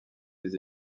des